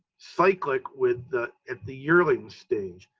cyclic with the, at the yearling stage,